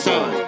Son